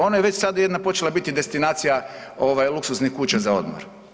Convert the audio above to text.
Ona je već sad jedna počela biti destinacija ovaj luksuznih kuća za odmor.